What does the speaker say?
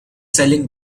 selling